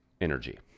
energy